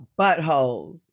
buttholes